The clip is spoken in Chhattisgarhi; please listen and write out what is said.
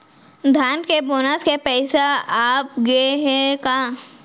धान के बोनस के पइसा आप गे हे का?